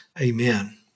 Amen